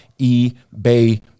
ebay